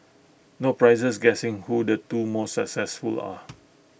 no prizes guessing who the two most successful are